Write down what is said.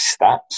stats